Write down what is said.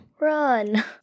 Run